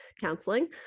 counseling